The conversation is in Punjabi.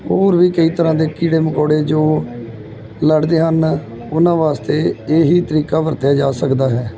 ਹੋਰ ਵੀ ਕਈ ਤਰ੍ਹਾਂ ਦੇ ਕੀੜੇ ਮਕੌੜੇ ਜੋ ਲੜਦੇ ਹਨ ਉਹਨਾਂ ਵਾਸਤੇ ਇਹ ਹੀ ਤਰੀਕਾ ਵਰਤਿਆ ਜਾ ਸਕਦਾ ਹੈ